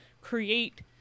create